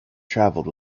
travelled